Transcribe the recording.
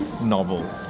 novel